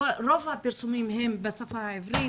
רוב הפרסומים הם בשפה העברית,